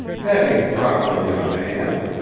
that ain't properly a man.